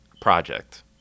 project